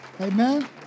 Amen